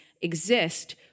exist